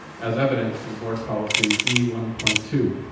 as evidenced in board policy e one point two,